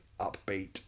upbeat